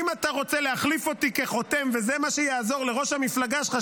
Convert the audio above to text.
אם אתה רוצה להחליף אותי כחותם וזה מה שיעזור לראש המפלגה שלך,